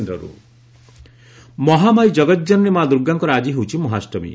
ମହାଷ୍ଟମୀ ମହାମାୟୀ କଗତଜନନୀ ମା' ଦୁର୍ଗାଙ୍କର ଆଜି ହେଉଛି ମହାଷ୍ଟମୀ